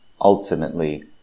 ultimately